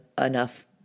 enough